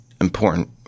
important